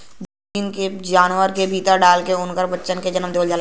gene के जानवर के भीतर डाल के उनकर बच्चा के जनम देवल जाला